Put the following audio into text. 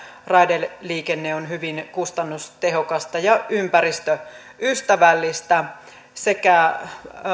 raideliikenne on hyvin kustannustehokasta ja ympäristöystävällistä sekä